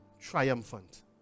triumphant